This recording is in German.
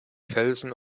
felsen